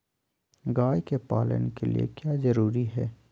गाय के पालन के लिए क्या जरूरी है?